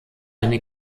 eine